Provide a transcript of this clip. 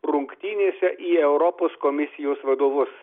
rungtynėse į europos komisijos vadovus